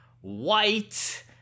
white